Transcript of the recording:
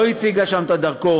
לא הציגה שם את הדרכון.